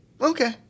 Okay